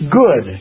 good